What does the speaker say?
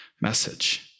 message